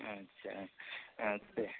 अच्छा आते हैं